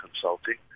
Consulting